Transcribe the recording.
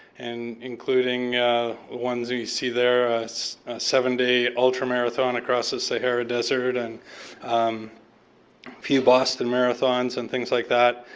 and including one you see there, seven day ultra marathon across the sahara desert. and a few boston marathons and things like that.